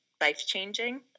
life-changing